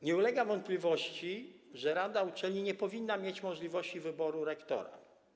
Nie ulega wątpliwości, że rada uczelni nie powinna mieć możliwości wyboru rektora.